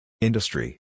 Industry